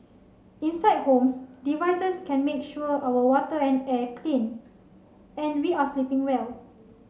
inside homes devices can make sure our water and air clean and we are sleeping well